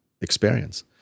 experience